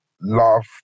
love